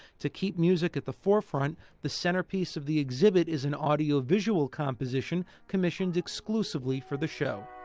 to keep music at the forefront the centerpiece of the exhibit is an audiovisual composition commissioned exclusively for the show.